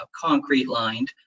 concrete-lined